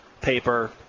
paper